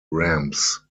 ramps